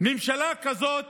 ממשלה כזאת